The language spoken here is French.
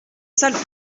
salon